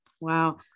Wow